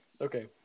Okay